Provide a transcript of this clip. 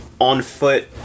on-foot